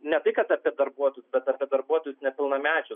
ne tai kad apie darbuotojus bet apie darbuotojus nepilnamečius